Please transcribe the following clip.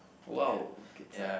!wow! guitar